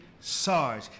Sarge